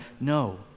No